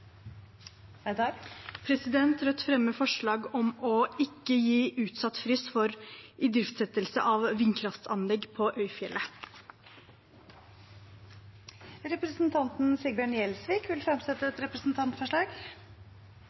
Rødt fremmer forslag om ikke å gi utsatt frist for idriftsettelse av vindkraftanlegg på Øyfjellet. Representanten Sigbjørn Gjelsvik vil fremsette et representantforslag.